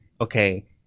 okay